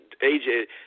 AJ